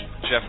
Jeff